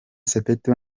sepetu